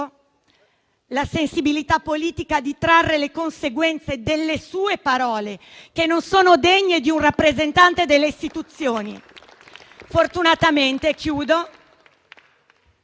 la sensibilità politica di trarre le conseguenze delle sue parole, che non sono degne di un rappresentante delle istituzioni.